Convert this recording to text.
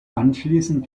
anschließend